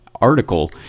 article